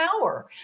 power